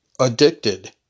addicted